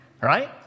right